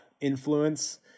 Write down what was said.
influence